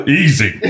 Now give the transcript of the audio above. easy